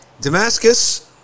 Damascus